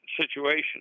situation